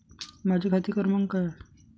माझा खाते क्रमांक काय आहे?